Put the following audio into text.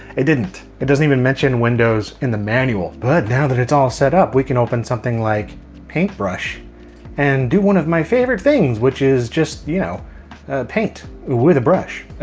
it didn't. it doesn't even mention windows in the manual. but now that it's all set up. we can open something like paintbrush and do one of my favorite things which is just you know paint away the brush.